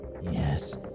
Yes